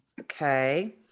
Okay